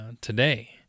today